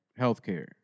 healthcare